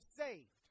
saved